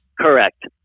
Correct